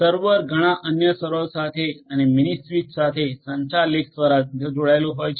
server ઘણા અન્ય સર્વરો સાથે અને મિનિ સ્વીચ સાથે સંચાર લિંક્સ દ્વારા આંતરજોડાયેલું હોય છે